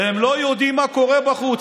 הם לא יודעים מה קורה בחוץ.